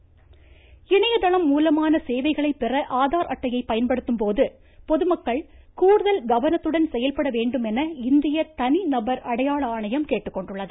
ஆதார் இணையதளம் மூலமான சேவைகளைப் பெற ஆதார் அட்டையை பயன்படுத்தும் போது பொதுமக்கள் கூடுதல் கவனத்துடன் செயல்பட வேண்டும் என இந்திய தனிநபர் அடையாள ஆணையம் கேட்டுக்கொண்டுள்ளது